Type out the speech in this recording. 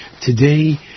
Today